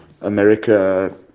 America